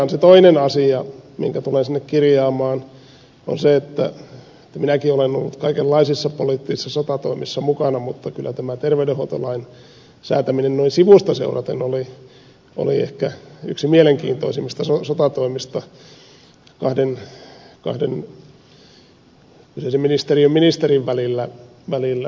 se toinen asia minkä tulen sinne kirjaamaan on se että minäkin olen ollut kaikenlaisissa poliittisissa sotatoimissa mukana mutta kyllä tämä terveydenhuoltolain säätäminen noin sivusta seuraten oli ehkä yksi mielenkiintoisimmista sotatoimista kahden kyseisen ministeriön ministerin välillä